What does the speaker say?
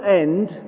end